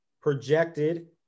projected